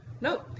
No